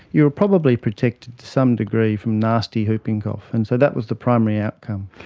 you were probably protected to some degree from nasty whooping cough, and so that was the primary outcome.